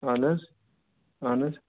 اہَن حظ اہَن حظ